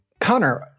Connor